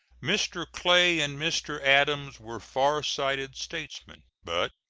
mr. clay and mr. adams were far-sighted statesmen, but,